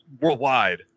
worldwide